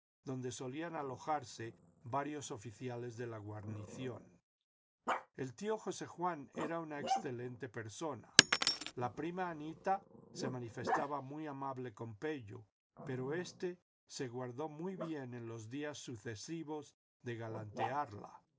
donde solían alojarse varios oficiales de la guarnición el tío josé juan era una excelente persona la prima anita se manifestaba muy amable con pello pero éste se guardó muy bien en los días sucesivos de galantearla